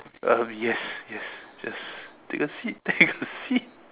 um yes yes just take a seat take a seat